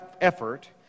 effort